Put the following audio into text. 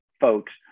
folks